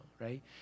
right